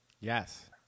Yes